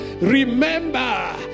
Remember